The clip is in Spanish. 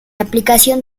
aplicación